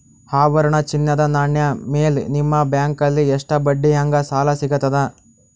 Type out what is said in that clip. ಆಭರಣ, ಚಿನ್ನದ ನಾಣ್ಯ ಮೇಲ್ ನಿಮ್ಮ ಬ್ಯಾಂಕಲ್ಲಿ ಎಷ್ಟ ಬಡ್ಡಿ ಹಂಗ ಸಾಲ ಸಿಗತದ?